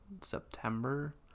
september